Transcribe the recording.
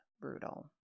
brutal